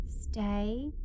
Stay